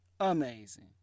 amazing